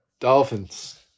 Dolphins